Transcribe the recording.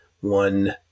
one